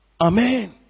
Amen